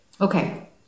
Okay